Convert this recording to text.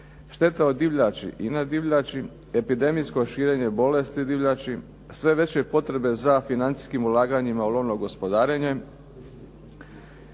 šteta od divljači i nedivljači, epidemijsko širenje bolesti divljači, sve veće potrebe za financijskim ulaganjima u lovno gospodarenje,